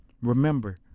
Remember